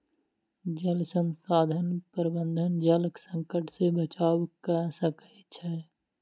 जल संसाधन प्रबंधन जल संकट से बचाव कअ सकै छै